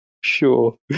Sure